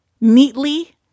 neatly